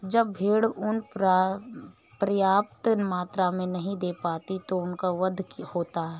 जब भेड़ ऊँन पर्याप्त मात्रा में नहीं दे पाती तो उनका वध होता है